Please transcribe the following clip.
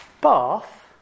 Bath